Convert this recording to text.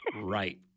Right